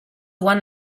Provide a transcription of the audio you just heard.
one